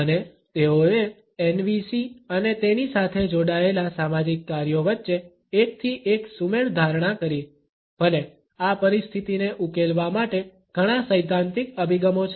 અને તેઓએ NVC અને તેની સાથે જોડાયેલા સામાજિક કાર્યો વચ્ચે એક થી એક સુમેળ ધારણા કરી ભલે આ પરિસ્થિતિને ઉકેલવા માટે ઘણા સૈદ્ધાંતિક અભિગમો છે